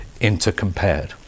intercompared